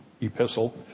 Epistle